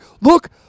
Look